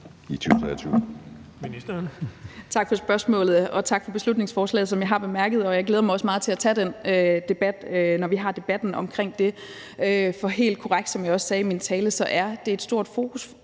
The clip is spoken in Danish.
Tak for spørgsmålet, og tak for beslutningsforslaget, som jeg også har bemærket, og jeg glæder mig også meget til at tage den debat, når vi har debatten om det. For det er helt korrekt, som jeg også sagde i min tale, at det er et stort fokusområde